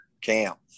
camp